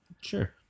Sure